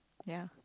ya